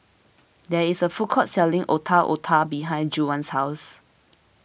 there is a food court selling Otak Otak behind Juwan's house